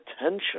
attention